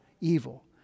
evil